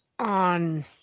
on